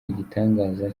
igitangaza